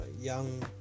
young